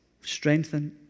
strengthened